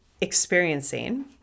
experiencing